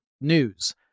news